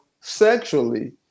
sexually